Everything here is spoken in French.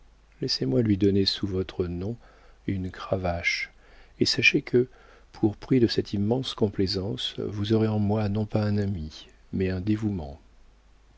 laissez-moi lui donner sous votre nom une cravache et sachez que pour prix de cette immense complaisance vous aurez en moi non pas un ami mais un dévouement